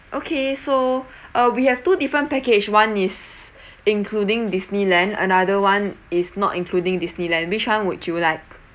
okay so uh we have two different package one is including disneyland another one is not including disneyland which one would you like